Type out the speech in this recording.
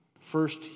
first